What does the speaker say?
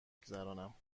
گذرانم